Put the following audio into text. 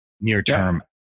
near-term